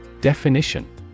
Definition